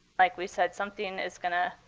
like we said, something is going to,